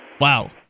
Wow